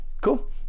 cool